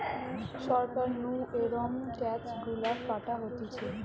সরকার নু এরম ট্যাক্স গুলা কাটা হতিছে